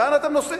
לאן אתם נוסעים?